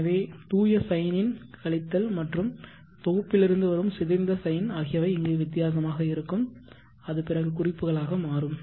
எனவே தூய சைனின் கழித்தல் மற்றும் தொகுப்பு லிருந்து வரும் சிதைந்த சைன் ஆகியவை இங்கு வித்தியாசமாக இருக்கும் அது பிறகு குறிப்புகளாக மாறும்